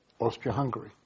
Austria-Hungary